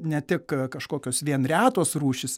ne tik kažkokios vien retos rūšys